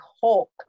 Hulk